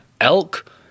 elk